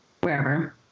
wherever